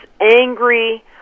angry